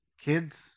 kids